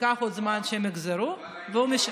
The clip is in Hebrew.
ייקח עוד זמן עד שהם יחזרו, והוא משלם,